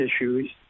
issues